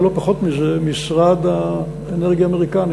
ולא פחות מזה משרד האנרגיה האמריקני